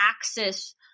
access